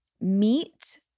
meet